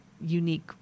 unique